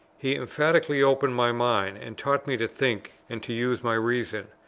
he, emphatically, opened my mind, and taught me to think and to use my reason.